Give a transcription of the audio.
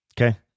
Okay